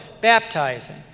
baptizing